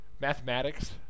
Mathematics